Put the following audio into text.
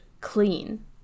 clean